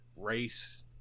race